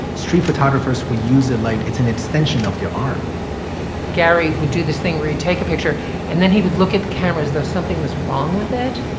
street photographers will use it. like it's an extension of their arm garry would do this thing where you take a picture and then he would look at the cameras, though something was wrong with it.